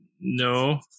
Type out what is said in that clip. No